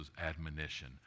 admonition